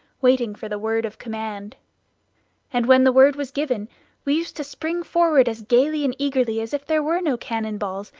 waiting for the word of command and when the word was given we used to spring forward as gayly and eagerly as if there were no cannon balls,